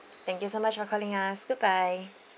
thank you so much for calling us goodbye